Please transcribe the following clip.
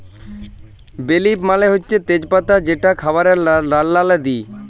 বে লিফ মালে হছে তেজ পাতা যেট খাবারে রাল্লাল্লে দিই